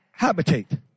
habitate